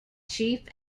chief